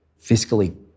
fiscally